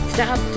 Stop